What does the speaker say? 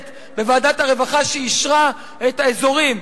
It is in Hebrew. והרווחה של הכנסת שאישרה את האזורים.